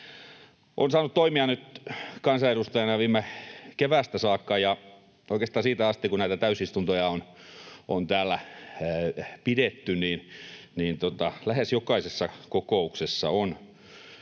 Olen saanut toimia nyt kansanedustajana viime keväästä saakka, ja oikeastaan siitä asti, kun näitä täysistuntoja on täällä pidetty, lähes jokaisessa kokouksessa on